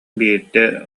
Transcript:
биирдэ